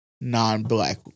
non-black